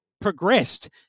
progressed